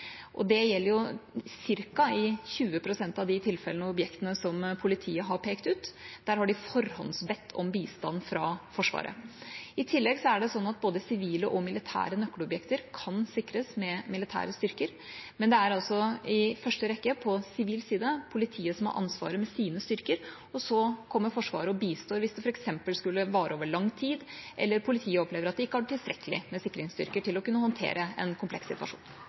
og det gjelder i ca. 20 pst. av tilfellene de objektene som politiet har pekt ut. Der har de forhåndsbedt om bistand fra Forsvaret. I tillegg er det sånn at både sivile og militære nøkkelobjekter kan sikres med militære styrker, men på sivil side er det altså i første rekke politiet som har ansvaret med sine styrker, og så kommer Forsvaret og bistår hvis noe f.eks. skulle vare over lang tid, eller hvis politiet opplever at de ikke har tilstrekkelig med sikringsstyrker til å kunne håndtere en kompleks situasjon.